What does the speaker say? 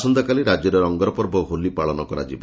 ଆସନ୍ତାକାଲି ରାକ୍ୟରେ ରଙ୍ଗର ପର୍ବ ହୋଲି ପାଳନ କରାଯିବ